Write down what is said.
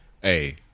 hey